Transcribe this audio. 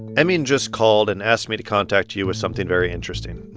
emin just called and asked me to contact you you with something very interesting.